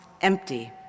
empty